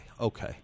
okay